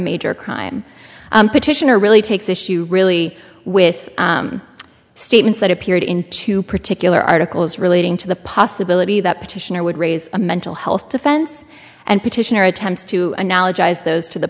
major crime petitioner really takes issue really with statements that appeared in two particular articles relating to the possibility that petitioner would raise a mental health defense and petitioner attempts to